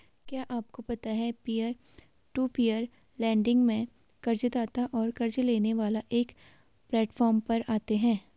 क्या आपको पता है पीयर टू पीयर लेंडिंग में कर्ज़दाता और क़र्ज़ लेने वाला एक प्लैटफॉर्म पर आते है?